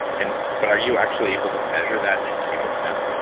and but are you actually able to measure that in humans now?